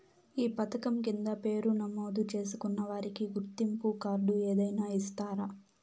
ఈ పథకం కింద పేరు నమోదు చేసుకున్న వారికి గుర్తింపు కార్డు ఏదైనా ఇస్తారా?